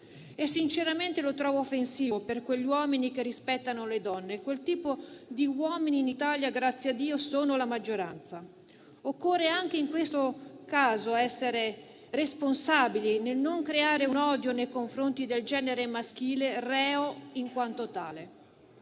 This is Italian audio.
e sinceramente lo trovo offensivo per quegli uomini che rispettano le donne, quel tipo di uomini in Italia, grazie a Dio, sono la maggioranza. Occorre anche in questo caso essere responsabili nel non creare un odio nei confronti del genere maschile, reo in quanto tale.